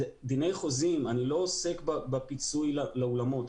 בדיני חוזים אני לא עוסק בפיצוי לאולמות.